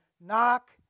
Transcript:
Knock